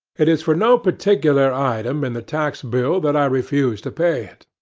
it is for no particular item in the tax bill that i refuse to pay it.